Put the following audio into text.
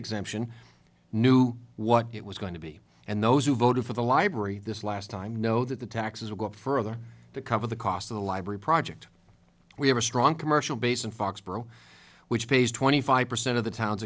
exemption knew what it was going to be and those who voted for the library this last time know that the taxes would go up further to cover the cost of the library project we have a strong commercial base in foxborough which pays twenty five percent of the town